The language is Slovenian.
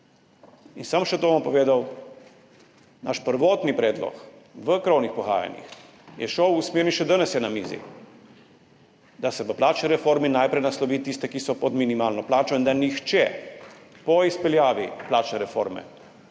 še to bom povedal. Naš prvotni predlog v krovnih pogajanjih je šel v smer – in še danes je na mizi – da se v plačni reformi najprej naslovi tiste, ki so pod minimalno plačo, in da po izpeljavi plačne reforme